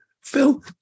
Phil